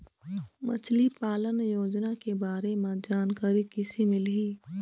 मछली पालन योजना के बारे म जानकारी किसे मिलही?